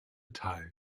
tide